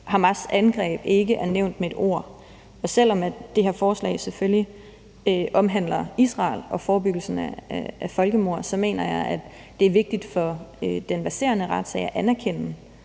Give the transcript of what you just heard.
Hamas' angreb ikke er nævnt med et ord, og selv om det her forslag selvfølgelig omhandler Israel og forebyggelsen af folkemord, mener jeg, det er vigtigt for den verserende retssag at anerkende,